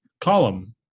Column